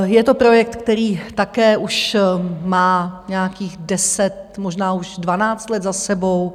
Je to projekt, který také už má nějakých deset, možná už dvanáct let za sebou.